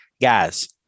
Guys